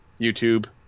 YouTube